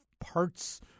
parts